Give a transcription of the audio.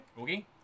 Okay